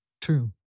true